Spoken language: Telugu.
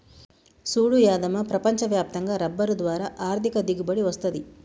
సూడు యాదమ్మ ప్రపంచ వ్యాప్తంగా రబ్బరు ద్వారా ఆర్ధిక దిగుబడి వస్తది